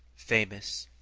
famous,